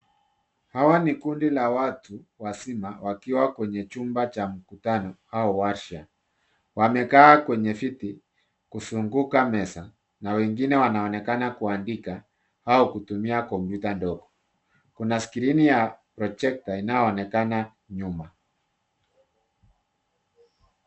Hawa ni kundi la watu wazima wakiwa kwenye chumba cha mkutano au warsha. Wamekaa kwenye viti kuzunguka meza na wengine wanaonekana kuandika au kutumia kompyuta ndogo. Kuna skrini ya projekta inayoonekana nyuma.